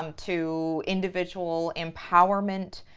um to individual empowerment,